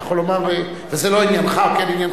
הוא יכול לומר: זה לא עניינך או כן עניינך.